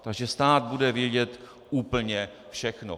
Takže stát bude vědět úplně všechno.